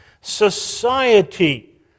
society